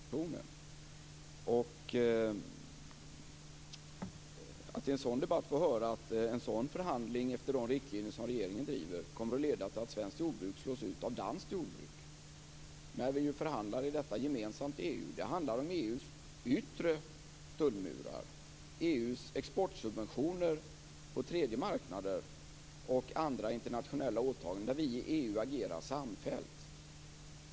Fru talman! Det känns lite genant att behöva upplysa Göran Hägglund om att vi i dag diskuterar EU:s utrikeshandelspolitik. Vi diskuterar mot bakgrund av regeringens skrivelse inför kommande förhandlingar i Världshandelsorganisationen. I en sådan debatt får man höra att en sådan förhandling efter de riktlinjer som regeringen driver kommer att leda till att svenskt jordbruk slås ut av danskt jordbruk. Vi förhandlar ju om detta gemensamt i EU. Det handlar om EU:s yttre tullmurar, om EU:s exportsubventioner på tredje marknader och om andra internationella åtaganden. Och vi i EU agerar samfällt.